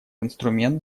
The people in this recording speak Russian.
инструмент